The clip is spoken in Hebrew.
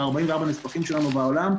ב-44 הנספחים שלנו בעולם,